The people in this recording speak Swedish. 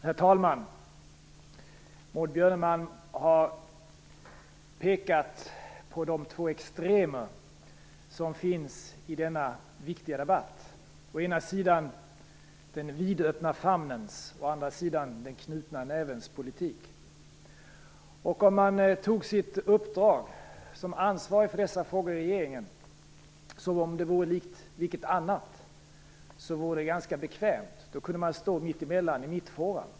Herr talman! Maud Björnemalm har pekat på de två extremer som finns i denna viktiga debatt, å ena sidan den vidöppna famnens politik och å andra sidan den knutna nävens politik. Om man tog sitt uppdrag som ansvarig för dessa frågor i regeringen som om det vore likt vilket som helst annat, vore det ganska bekvämt. Då kunde man stå mitt emellan, i mittfåran.